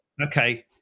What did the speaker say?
okay